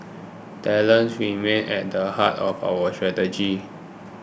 talent remains at the heart of our strategies